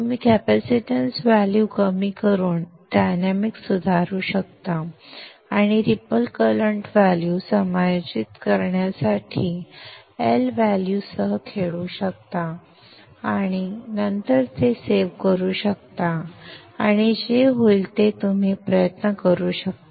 तुम्ही capacitance value कमी करून डायनॅमिक्स सुधारू शकता आणि रिपल करंट व्हॅल्यू समायोजित करण्यासाठी L व्हॅल्यूसह खेळू शकता आणि नंतर ते सेव्ह करू शकता आणि जे होईल ते तुम्ही प्रयत्न करू शकता